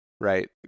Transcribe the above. right